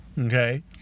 Okay